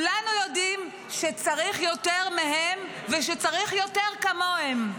וכולנו יודעים שצריך יותר מהם ושצריך יותר כמוהם.